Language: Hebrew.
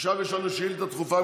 עכשיו יש לנו שאילתה דחופה,